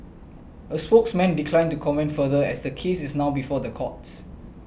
a spokesman declined to comment further as the case is now before the courts